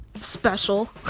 special